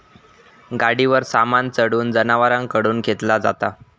गाडीवर सामान चढवून जनावरांकडून खेंचला जाता